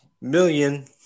million